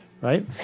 right